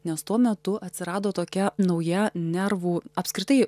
nes tuo metu atsirado tokia nauja nervų apskritai